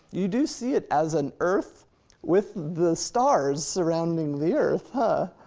you do see it as an earth with the stars surrounding the earth, huh?